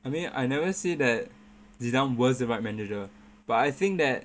I mean I never say that zidane was the right manager but I think that